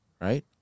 Right